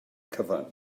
cyfan